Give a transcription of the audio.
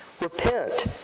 Repent